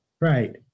Right